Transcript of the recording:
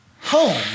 Home